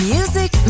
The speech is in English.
Music